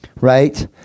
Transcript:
right